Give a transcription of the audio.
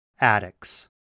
addicts